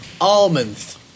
Almonds